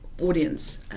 audience